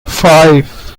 five